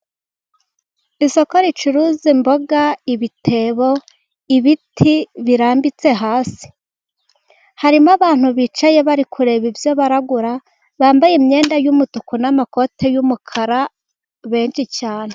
Isoko ricuruza imboga ibitebo, ibiti birambitse hasi, harimo abantu bicaye bari kureba ibyo baragura, bambaye imyenda y'umutuku n'amakoti y'umukara benshi cyane.